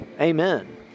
Amen